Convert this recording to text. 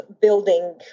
building